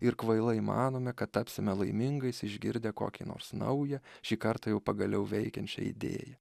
ir kvailai manome kad tapsime laimingais išgirdę kokį nors naują šį kartą jau pagaliau veikiančią idėją